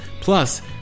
Plus